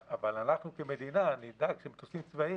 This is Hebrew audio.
אבל אנחנו כמדינה נדאג שמטוסים צבאיים